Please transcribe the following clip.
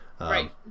Right